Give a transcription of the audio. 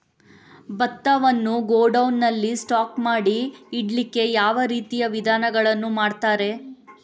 ಭತ್ತವನ್ನು ಗೋಡೌನ್ ನಲ್ಲಿ ಸ್ಟಾಕ್ ಮಾಡಿ ಇಡ್ಲಿಕ್ಕೆ ಯಾವ ರೀತಿಯ ವಿಧಾನಗಳನ್ನು ಮಾಡ್ತಾರೆ?